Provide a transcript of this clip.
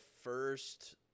first